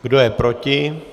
Kdo je proti?